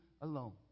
alone